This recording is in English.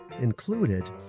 included